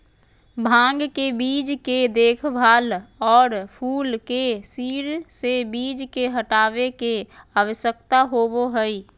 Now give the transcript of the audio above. भांग के बीज के देखभाल, और फूल के सिर से बीज के हटाबे के, आवश्यकता होबो हइ